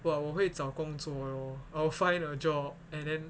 !wah! 我会找工作 lor I'll find a job and then